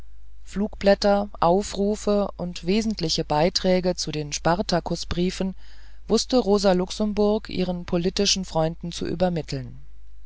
flugblätter aufrufe und wesentliche beiträge zu den spartakus briefen wußte rosa luxemburg ihren politischen freunden zu übermitteln